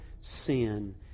sin